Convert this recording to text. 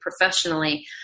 professionally